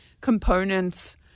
components